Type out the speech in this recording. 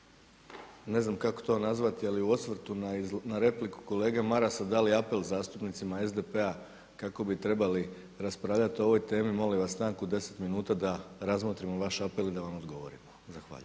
ne znam kako to nazvati, ali u osvrtu na repliku kolege Marasa dali apel zastupnicima SDP-a kako bi trebali raspravljati o ovoj temi molim vas stanku od 10 minuta da razmotrimo vaš apel i da vam odgovorimo. Zahvaljujem.